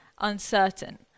uncertain